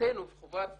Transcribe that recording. חובתנו וחובת